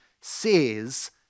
says